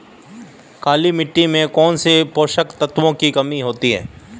काली मिट्टी में कौनसे पोषक तत्वों की कमी होती है?